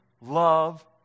love